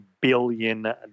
billion